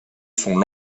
sont